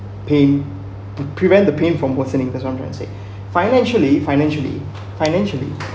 pain to prevent the pain from worsening that's one can say financially financially financially